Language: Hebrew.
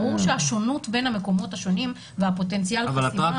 ברור שהשונות בין המקומות השונים והפוטנציאל --- אבל